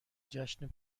جشن